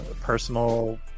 Personal